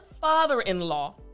father-in-law